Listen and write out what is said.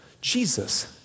Jesus